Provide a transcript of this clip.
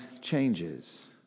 changes